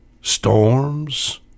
storms